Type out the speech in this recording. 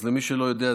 אז למי שלא יודע,